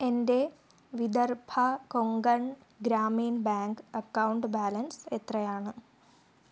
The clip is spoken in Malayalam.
എൻ്റെ Vidarbha Konkan Gramin bank account balance എത്രയാണ്